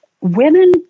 women